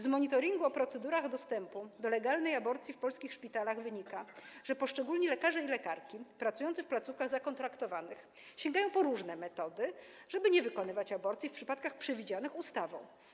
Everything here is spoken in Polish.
Z monitoringu procedur dostępu do legalnej aborcji w polskich szpitalach wynika, że poszczególni lekarze i lekarki pracujący w zakontraktowanych placówkach sięgają po różne metody, żeby nie wykonywać aborcji w przypadkach przewidzianych ustawą.